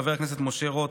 חבר הכנסת משה רוט,